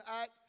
act